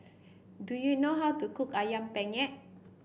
do you know how to cook ayam Penyet